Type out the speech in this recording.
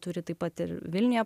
turi taip pat ir vilniuje